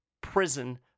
prison